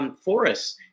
forests